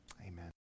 Amen